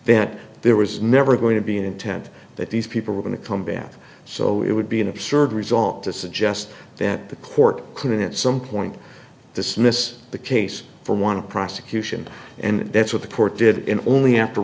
that there was never going to be an intent that these people were going to come back so it would be an absurd result to suggest that the court couldn't at some point dismiss the case for want a prosecution and that's what the court did in only after